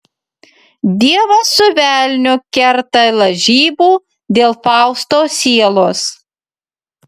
dievas su velniu kerta lažybų dėl fausto sielos